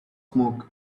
smoke